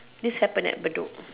this happen at Bedok